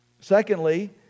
Secondly